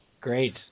Great